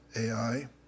AI